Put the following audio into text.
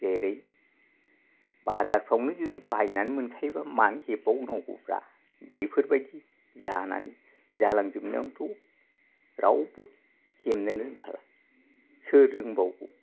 जेरै बाजारफ्रावनो जुदि बायना मोनखायो बा मानो हेबबावनांगौब्रा बेफोरबायदि जानानै जालांजोबनायावनोथ' रावबो हेबनो रोंथारा सोर रोंबावगौ